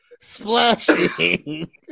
Splashing